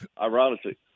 ironically